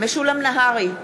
משולם נהרי,